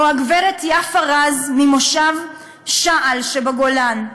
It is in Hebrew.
או הגברת יפה רז, ממושב שעל שבגולן,